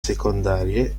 secondarie